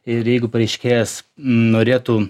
ir jeigu pareiškėjas norėtų